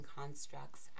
constructs